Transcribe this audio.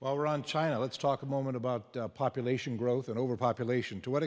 well ron china let's talk a moment about population growth and overpopulation to what